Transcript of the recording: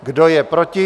Kdo je proti?